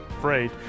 freight